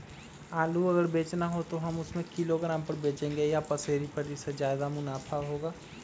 आलू अगर बेचना हो तो हम उससे किलोग्राम पर बचेंगे या पसेरी पर जिससे ज्यादा मुनाफा होगा?